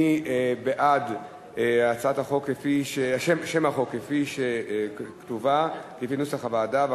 מי בעד שם החוק כפי שכתוב בנוסח הוועדה?